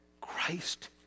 Christ